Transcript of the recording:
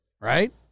right